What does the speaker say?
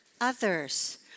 others